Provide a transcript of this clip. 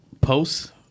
posts